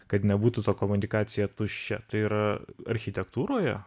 kad nebūtų ta komunikacija tuščia tai yra architektūroje